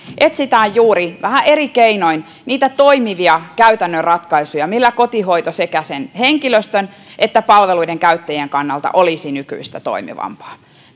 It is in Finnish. etsitään juuri vähän eri keinoin niitä toimivia käytännön ratkaisuja millä kotihoito sekä henkilöstön että palveluiden käyttäjien kannalta olisi nykyistä toimivampaa